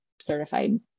certified